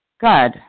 God